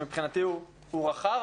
שמבחינתי הוא רחב,